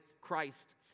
Christ